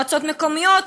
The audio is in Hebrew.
מועצות מקומיות,